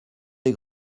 des